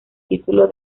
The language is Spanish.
título